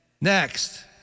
Next